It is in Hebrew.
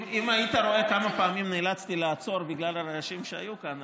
אם היית רואה כמה פעמים נאלצתי לעצור בגלל הרעשים שהיו כאן,